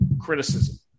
criticism